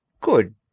Good